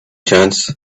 chance